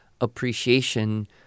appreciation